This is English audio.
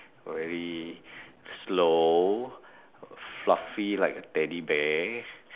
very slow fluffy like a teddy bear